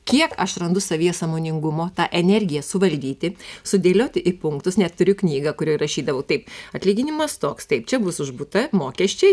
kiek aš randu savyje sąmoningumo tą energiją suvaldyti sudėlioti į punktus net turiu knygą kurioj rašydavau taip atlyginimas toks taip čia bus už butą mokesčiai